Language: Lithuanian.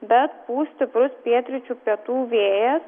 bet pūs stiprus pietryčių pietų vėjas